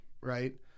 right